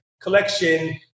collection